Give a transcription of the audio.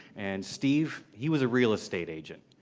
and steve, he was a real estate agent.